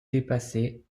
dépasser